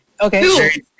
Okay